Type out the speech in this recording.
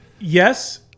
Yes